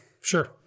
sure